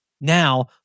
Now